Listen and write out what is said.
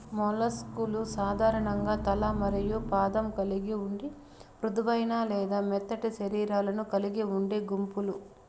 mollusc లు సాధారణంగా తల మరియు పాదం కలిగి ఉండి మృదువైన లేదా మెత్తటి శరీరాలను కలిగి ఉండే గుంపులు